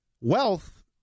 Wealth